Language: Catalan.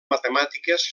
matemàtiques